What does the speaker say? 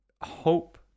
Hope